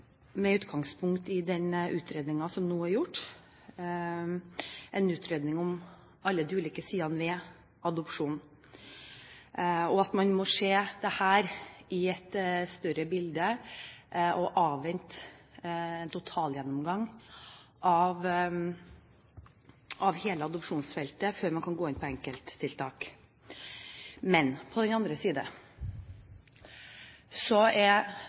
med utgangspunkt i den utredningen som nå er gjort, en utredning om alle de ulike sidene ved adopsjon, og at man må se dette i et større bilde og avvente en totalgjennomgang av hele adopsjonsfeltet før man kan gå inn på enkelttiltak. Men på den andre siden er